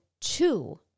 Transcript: two